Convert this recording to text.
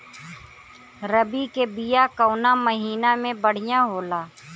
रबी के बिया कवना महीना मे बढ़ियां होला?